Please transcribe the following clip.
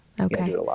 okay